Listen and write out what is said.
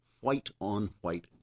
white-on-white